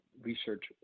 research